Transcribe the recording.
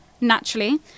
naturally